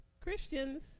Christians